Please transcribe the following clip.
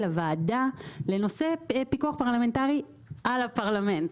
הוועדה לנושא פיקוח פרלמנטרי על הפרלמנט.